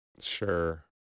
Sure